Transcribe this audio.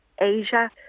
Asia